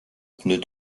pneus